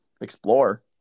explore